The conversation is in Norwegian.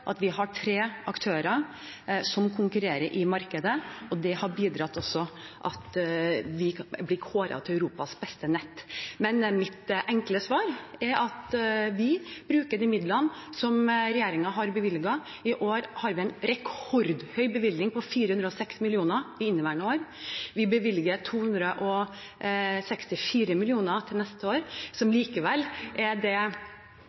at vi har tre aktører som konkurrerer i markedet, og det har bidratt til at vi blir kåret til å ha Europas beste nett. Mitt enkle svar er at vi bruker de midlene som regjeringen har bevilget. I inneværende år har vi en rekordhøy bevilgning på 406 mill. kr. Vi bevilger 264 mill. kr til neste år, som